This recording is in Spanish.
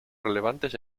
relevantes